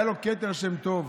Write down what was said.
היה לו כתר שם טוב.